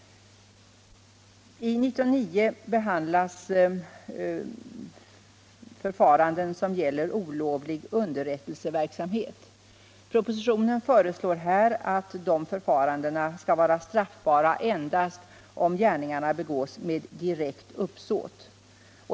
I 19 kap. 98 upptas förfaranden som gäller olovlig underrättelseverksamhet. Propositionen föreslår att de förfarandena skall vara straffbara endast om gärningarna begås med direkt uppsåt.